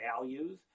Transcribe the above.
values